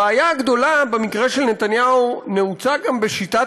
הבעיה הגדולה במקרה של נתניהו נעוצה גם בשיטת